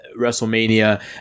WrestleMania